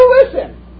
listen